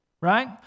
right